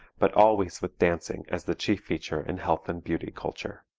but always with dancing as the chief feature in health and beauty culture.